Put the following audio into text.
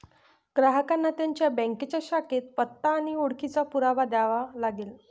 ग्राहकांना त्यांच्या बँकेच्या शाखेत पत्ता आणि ओळखीचा पुरावा द्यावा लागेल